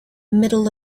middle